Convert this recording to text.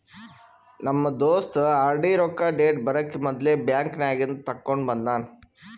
ನಮ್ ದೋಸ್ತ ಆರ್.ಡಿ ರೊಕ್ಕಾ ಡೇಟ್ ಬರಕಿ ಮೊದ್ಲೇ ಬ್ಯಾಂಕ್ ನಾಗಿಂದ್ ತೆಕ್ಕೊಂಡ್ ಬಂದಾನ